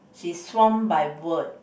she's swamped by work